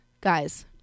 guys